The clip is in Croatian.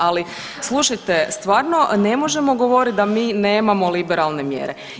Ali slušajte stvarno ne možemo govorit da mi nemamo liberalne mjere.